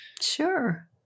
Sure